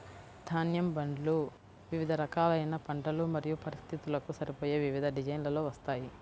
ధాన్యం బండ్లు వివిధ రకాలైన పంటలు మరియు పరిస్థితులకు సరిపోయే వివిధ డిజైన్లలో వస్తాయి